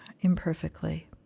imperfectly